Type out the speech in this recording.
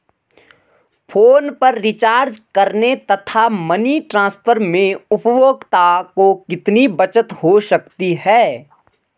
Phone पर recharge करने तथा मनी ट्रांसफर में उपभोक्ता को कितनी बचत हो सकती है?